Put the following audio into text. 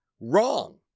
Wrong